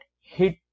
hit